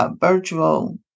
Virtual